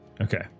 Okay